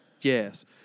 Yes